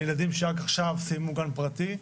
לילדים שרק עכשיו סיימו גן פרטי.